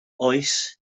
oes